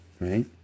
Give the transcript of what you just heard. Right